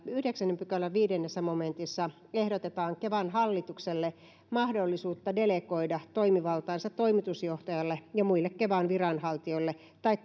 yhdeksännen pykälän viidennessä momentissa ehdotetaan kevan hallitukselle mahdollisuutta delegoida toimivaltaansa toimitusjohtajalle ja muille kevan viranhaltijoille tai